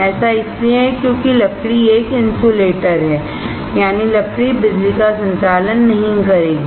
ऐसा इसलिए है क्योंकि लकड़ी एक इन्सुलेटर है यानी लकड़ी बिजली का संचालन नहीं करेगी